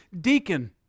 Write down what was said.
deacon